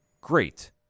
great